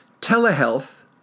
Telehealth